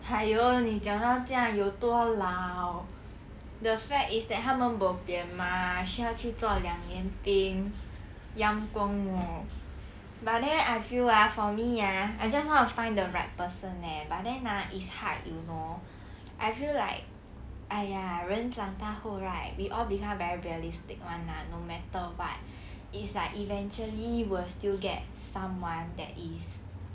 !haiyo! 你讲到这样有多老 the fact is that 他们 bo pian mah 需要去做两年兵工 eh but then I feel ah for me ya I just want to find the right person leh but then ah it's hard you know I feel like !aiya! 人长大后 right we all become very realistic [one] lah no matter what it's like eventually we'll still get someone that is